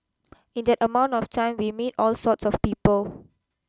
in that amount of time we meet all sorts of people